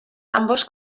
ambos